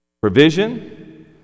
provision